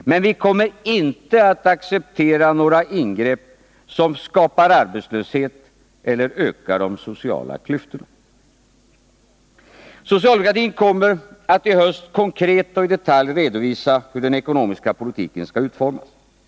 Men vi kommer inte att acceptera några ingrepp som skapar arbetslöshet eller ökar de sociala klyftorna. Socialdemokratin kommer i höst att konkret och i detalj redovisa hur den ekonomiska politiken skall utformas.